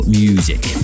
music